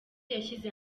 yashyize